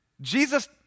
Jesus